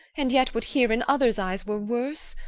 and yet would herein others' eyes were worse.